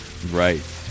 Right